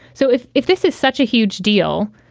so if if this is such a huge deal,